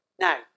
Now